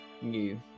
New